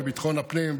בביטחון הפנים,